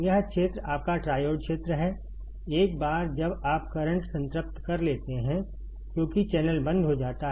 यह क्षेत्र आपका ट्रायोड क्षेत्र है एक बार जब आप करंट संतृप्त कर लेते हैं क्योंकि चैनल बंद हो जाता है